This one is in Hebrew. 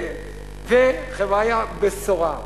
חבריה, בשורה,